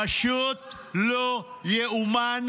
-- פשוט לא ייאמן.